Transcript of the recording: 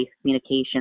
communication